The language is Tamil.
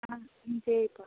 ஆ ம் சரிப்பா